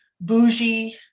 bougie